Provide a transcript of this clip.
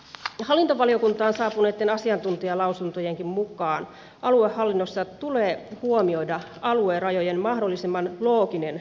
hallintovaliokuntaan saapuneitten asiantuntijalausuntojenkin mukaan aluehallinnossa tulee huomioida aluerajojen mahdollisimman looginen noudattaminen